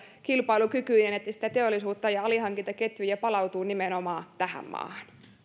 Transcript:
kilpailukykyinen että teollisuutta ja alihankintaketjuja palautuu nimenomaan tähän maahan